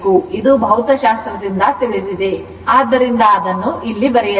ಇದು ಭೌತಶಾಸ್ತ್ರದಿಂದ ತಿಳಿದಿದೆ ಆದ್ದರಿಂದ ಅದನ್ನು ಇಲ್ಲಿ ಬರೆಯಲಾಗಿದೆ